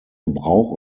gebrauch